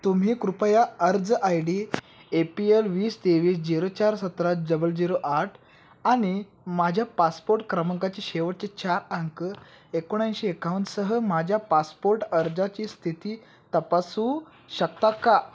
तुम्ही कृपया अर्ज I D A P L वीस तेवीस झिरो चार सतरा जबल झिरो आठ आणि माझ्या पासपोर्ट क्रमांकाचे शेवट चार अंक एकोणऐंशी एकावनसह माझ्या पासपोर्ट अर्जाची स्थिती तपासू शकता का